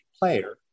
player